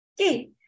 Okay